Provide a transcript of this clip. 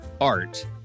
art